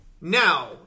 Now